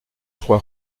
trois